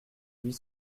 huit